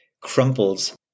crumples